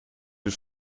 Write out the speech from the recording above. des